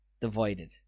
divided